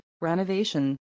renovation